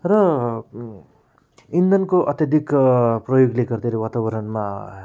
र इन्धनको अत्यधिक प्रयोगले गर्दाखेरि वातावरणमा